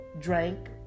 drank